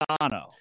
Dono